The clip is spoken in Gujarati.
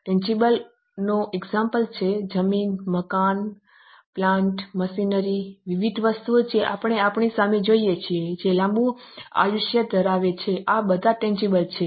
ટેનજીબલ ઉદાહરણ છે જમીન મકાન પ્લાન્ટ મશીનરી વિવિધ વસ્તુઓ જે આપણે આપણી સામે જોઈએ છીએ જે લાંબુ આયુષ્ય ધરાવે છે આ બધા ટેનજીબલ છે